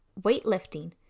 weightlifting